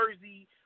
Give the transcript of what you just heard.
Jersey